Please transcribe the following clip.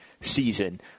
season